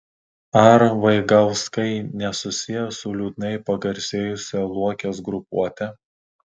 ar vaigauskai nesusiję su liūdnai pagarsėjusia luokės grupuote